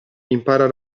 impara